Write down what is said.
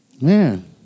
Man